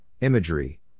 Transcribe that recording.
imagery